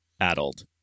adult